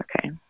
Okay